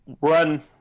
run